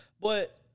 But-